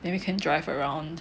then we can drive around